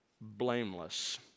blameless